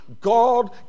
God